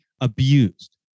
abused